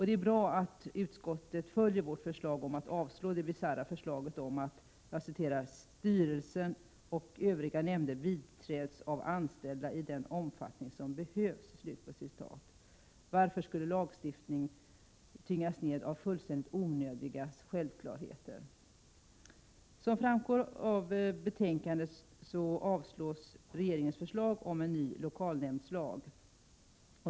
Det är bra att utskottet följer vårt förslag om att avslå det bisarra förslaget om att ”styrelsen och övriga nämnder biträds av anställda i den omfattning som behövs”. Varför skulle lagstiftningen tyngas ned av fullständigt onödiga självklarheter? Som framgår av betänkandet avstyrks regeringens förslag om en ny lokalnämndslag.